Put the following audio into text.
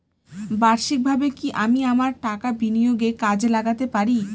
বার্ষিকভাবে কি আমি আমার টাকা বিনিয়োগে কাজে লাগাতে পারি?